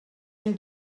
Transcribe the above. une